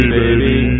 baby